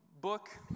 book